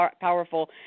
powerful